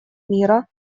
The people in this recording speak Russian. мира